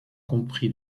compris